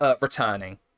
returning